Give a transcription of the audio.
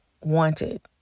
wanted